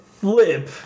flip